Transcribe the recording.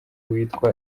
witwa